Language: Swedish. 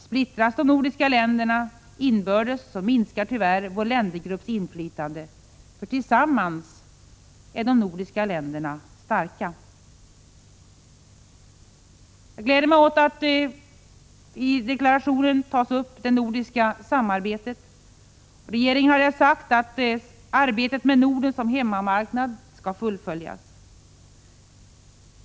Splittras de nordiska länderna inbördes, så minskar tyvärr vår ländergrupps inflytande. Tillsammans är de nordiska länderna starka. Jag gläder mig åt att det nordiska samarbetet tas upp i deklarationen. Regeringen har där sagt att arbetet med Norden som hemmamarknad skall fullföljas.